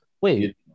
wait